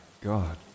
God